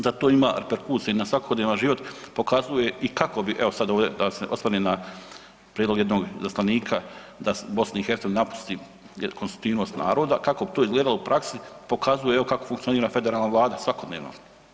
Da to ima reperkusije na svakodnevan život pokazuje i kako bi evo sad ovdje da se osvrnem na prijedlog jednog izaslanika da Bosnu i Hercegovinu napusti konstitutivnost naroda kako bi to izgledalo u praksi pokazuje evo kako funkcionira federalna Vlada svakodnevno.